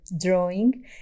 drawing